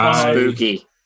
Spooky